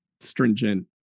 stringent